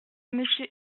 monsieur